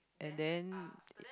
and then